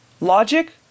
logic